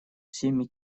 всеми